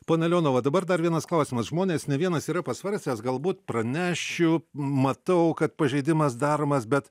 pone leonova dabar dar vienas klausimas žmonės ne vienas yra pasvarstęs galbūt pranešiu matau kad pažeidimas daromas bet